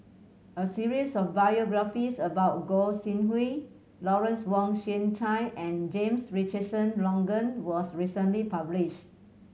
a series of biographies about Gog Sing Hooi Lawrence Wong Shyun Tsai and James Richardson Logan was recently published